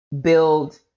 build